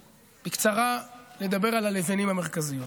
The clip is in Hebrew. בקצרה, לדבר על הלבנים המרכזיות.